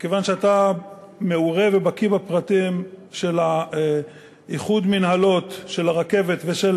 וכיוון שאתה מעורה ובקי בפרטים של איחוד המינהלות של הרכבת ושל